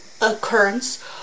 occurrence